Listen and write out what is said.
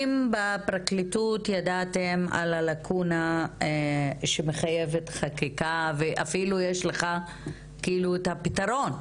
אם בפרקליטות ידעתם על הלקונה שמחייבת חקיקה ואפילו יש לך את הפתרון,